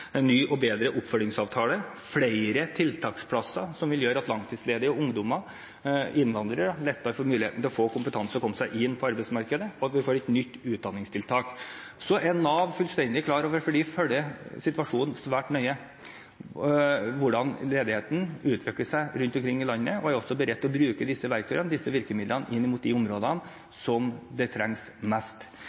en ny og bedre oppfølgingsavtale, flere tiltaksplasser, som vil gjøre at langtidsledige ungdommer og innvandrere lettere får muligheten til å få kompetanse og komme seg inn på arbeidsmarkedet, og at vi får et nytt utdanningstiltak. Så er Nav fullstendig klar over – for de følger situasjonen svært nøye – hvordan ledigheten utvikler seg rundt omkring i landet, og er også beredt til å bruke disse verktøyene, disse virkemidlene, inn mot de områdene der det trengs mest.